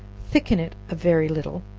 thicken it a very little,